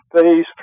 Phase